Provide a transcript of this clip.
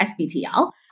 SBTL